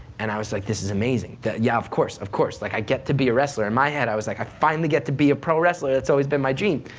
and i was like, this is amazing. yeah, ah of course, of course. like i get to be a wrestler, in my head, i was like i finally get to be a pro wrestler, that's always been my dream.